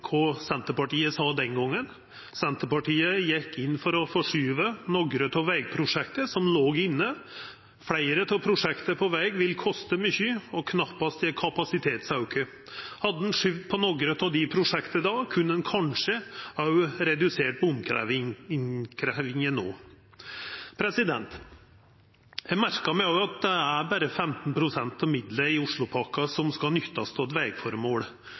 kva Senterpartiet sa den gongen. Senterpartiet gjekk inn for å forskuva nokre av vegprosjekta som låg inne. Fleire av prosjekta på veg vil kosta mykje og knappast gje kapasitetsauke. Hadde ein skuva på nokre av dei prosjekta då, kunne ein kanskje òg redusert bompengeinnkrevjinga no. Eg merka meg òg at det berre er 15 pst. av midlane i Oslopakka som skal nyttast til vegføremål,